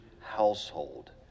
household